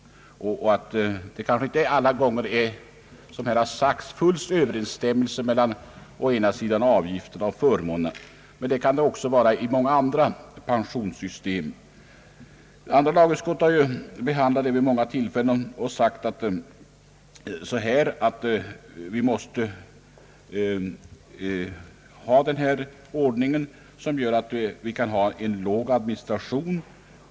Det kanske inte alltid ger, som det har sagts, full överensstämmelse : mellan å ena sidan avgifterna och å andra sidan förmånerna, men så kan också vara fallet i många andra pensionssystem. Andra lagutskottet har behandlat frågan vid många tillfällen och uttalat att vi måste ha denna ordning som möj liggör en billig administration.